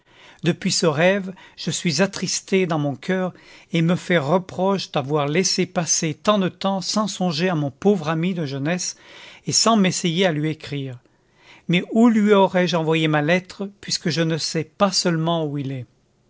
depuis ce rêve je suis attristée dans mon coeur et me fais reproche d'avoir laissé passer tant de temps sans songer à mon pauvre ami de jeunesse et sans m'essayer à lui écrire mais où lui aurais-je envoyé ma lettre puisque je ne sais pas seulement où il est